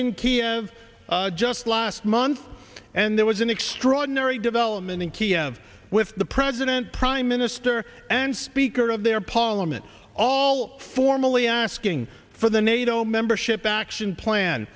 kiev just last month and there was an extraordinary development in kiev with the president prime minister and speaker of their parliament all formally asking for the nato membership action plan